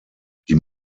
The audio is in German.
die